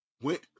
went